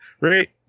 Right